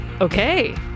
okay